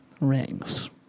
Rings